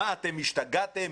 השתגעתם?